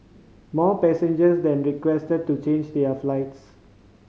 more passengers then requested to change their flights